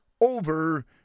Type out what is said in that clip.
over